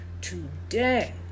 today